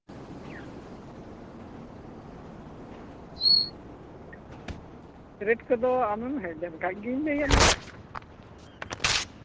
rate ᱠᱚᱫᱚ ᱟᱢᱮᱢ ᱦᱮᱡ ᱞᱮᱱᱠᱷᱟᱱ ᱜᱤᱧ ᱞᱟᱹᱭᱟᱢᱟ